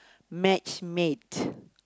matchmade